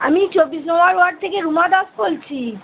আমি চব্বিশ নম্বর ওয়ার্ড থেকে রুমা দাস বলছি